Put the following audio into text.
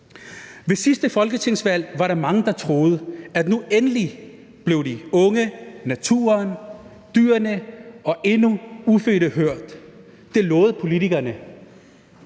Ved sidste folketingsvalg var der mange, der troede, at nu – endelig – blev de unge, naturen, dyrene og de endnu ufødte hørt. Det lovede politikerne.